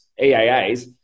EAAs